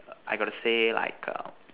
I got to say like err